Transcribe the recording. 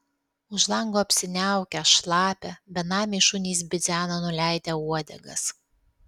už lango apsiniaukę šlapia benamiai šunys bidzena nuleidę uodegas